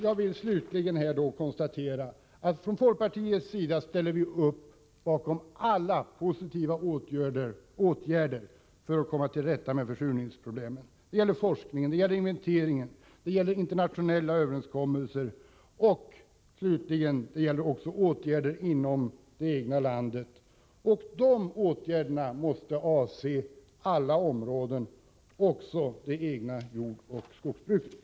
Jag vill slutligen konstatera att vi från folkpartiets sida ställer upp bakom alla positiva åtgärder för att komma till rätta med försurningsproblemen — det gäller forskningen, det gäller inventeringen, det gäller internationella överenskommelser, och det gäller slutligen också åtgärder inom det egna landet. De åtgärderna måste avse alla områden, även det egna jordoch skogsbruket.